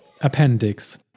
Appendix